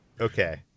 okay